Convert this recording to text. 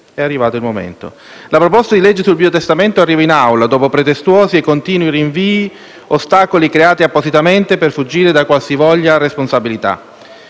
È arrivato il momento. La proposta di legge sul biotestamento arriva in Aula dopo pretestuosi e continui rinvii, ostacoli creati appositamente per fuggire da qualsivoglia responsabilità.